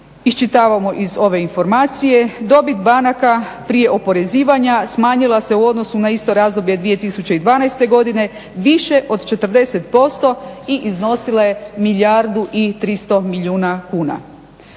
iščitavamo iz ove informacije dobit banaka prije oporezivanja smanjila se u odnosu na isto razdoblje 2012.godine više od 40% i iznosila je milijardu i 300 milijuna kuna.